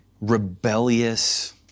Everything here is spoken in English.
rebellious